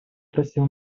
просил